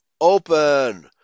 open